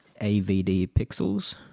avdpixels